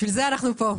בשביל זה אנחנו פה.